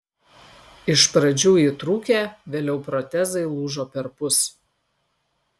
iš pradžių įtrūkę vėliau protezai lūžo perpus